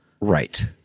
Right